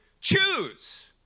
choose